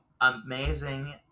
amazing